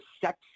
sex